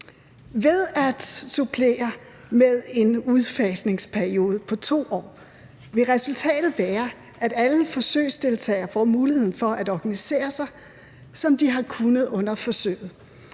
Ved at supplere med en udfasningsperiode på 2 år vil resultatet være, at alle forsøgsdeltagere får muligheden for at organisere sig, som de har kunnet under forsøget